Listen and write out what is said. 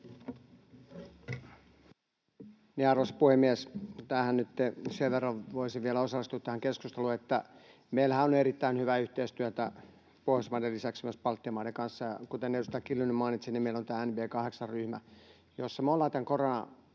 Arvoisa puhemies! Sen verran voisin nytten vielä osallistua tähän keskusteluun, että meillähän on erittäin hyvää yhteistyötä Pohjoismaiden lisäksi myös Baltian maiden kanssa. Kuten edustaja Kiljunen mainitsi, meillä on tämä NB8-ryhmä, jossa me olemme tämän